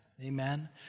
Amen